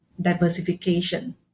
diversification